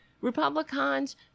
republicans